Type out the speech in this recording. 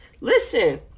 listen